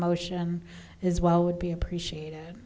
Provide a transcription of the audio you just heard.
motion as well would be appreciate